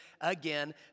again